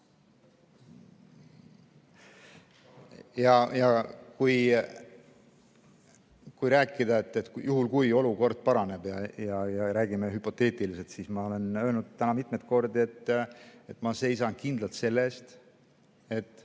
Kui rääkida sellest, et olukord paraneb, räägime hüpoteetiliselt, siis ma olen öelnud täna mitmeid kordi, et ma seisan kindlalt selle eest, et